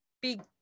big